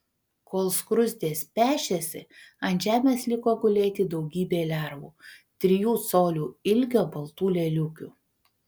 kol skruzdės pešėsi ant žemės liko gulėti daugybė lervų trijų colių ilgio baltų lėliukių